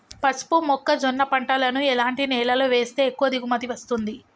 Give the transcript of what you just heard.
పసుపు మొక్క జొన్న పంటలను ఎలాంటి నేలలో వేస్తే ఎక్కువ దిగుమతి వస్తుంది?